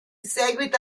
seguito